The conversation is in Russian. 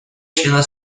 члена